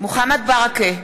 מוחמד ברכה,